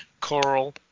Coral